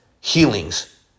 healings